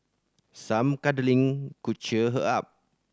some cuddling could cheer her up